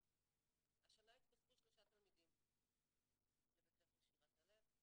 השנה התווספו שלושה תלמידים לבית ספר "שירת הלב".